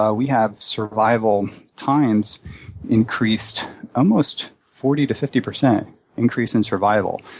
ah we have survival times increased almost forty to fifty percent increase in survival.